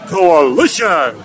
Coalition